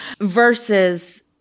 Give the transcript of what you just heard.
Versus